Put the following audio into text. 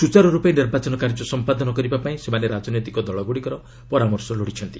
ସୁଚାରୁରୂପେ ନିର୍ବାଚନ କାର୍ଯ୍ୟ ସମ୍ପାଦନ କରିବାପାଇଁ ସେମାନେ ରାଜନୈତିକ ଦଳଗୁଡ଼ିକର ପରାମର୍ଶ ଲୋଡ଼ିଥିଲେ